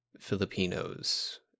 Filipinos